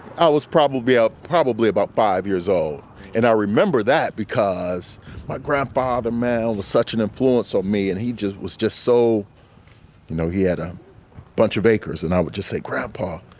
was probably out probably about five years old and i remember that because my grandpa, the male, was such an influence on me. and he just was just so, you know, he had a bunch of acres. and i would just say, grandpa,